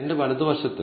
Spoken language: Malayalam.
എന്റെ വലതുവശത്ത്